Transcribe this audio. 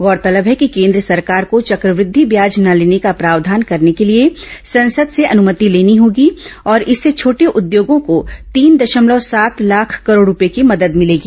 गौरतलब है कि केन्द्र सरकार को चक्रवृद्धि व्याज न लेने का प्रावधान करने के लिए संसद से अनुमति लेनी होगी और इससे छोटे उद्योगों को तीन दशमलव सात लाख करोड़ रुपये की मदद मिलेगी